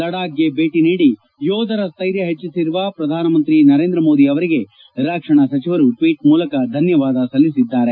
ಲಡಾಖ್ಗೆ ಭೇಟಿ ನೀಡಿ ಯೋಧರ ಸ್ಸೈರ್ಯ ಹೆಚ್ಚಿಸಿರುವ ಪ್ರಧಾನಮಂತ್ರಿ ಮೋದಿ ಅವರಿಗೆ ರಕ್ಷಣಾ ಸಚಿವರು ಟ್ನೀಟ್ ಮೂಲಕ ಧನ್ನವಾದ ಸಲ್ಲಿಸಿದ್ದಾರೆ